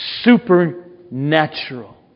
supernatural